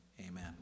Amen